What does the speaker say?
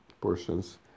portions